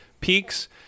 peaks